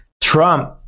Trump